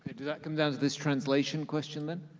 do that come down to this translation question then?